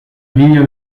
línea